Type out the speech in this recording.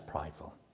prideful